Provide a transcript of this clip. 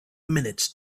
minutes